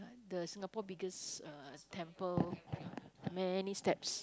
the Singapore biggest uh temple many steps